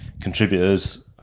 contributors